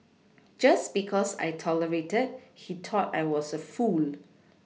just because I tolerated he thought I was a fool